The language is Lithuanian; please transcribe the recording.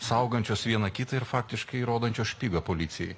saugančios viena kitą ir faktiškai rodančios špygą policijai